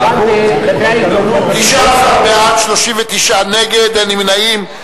19 בעד, 39 נגד, אין נמנעים.